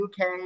UK